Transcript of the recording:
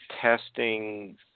testing